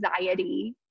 anxiety